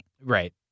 right